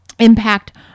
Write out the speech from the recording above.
impact